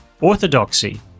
Orthodoxy